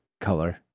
Color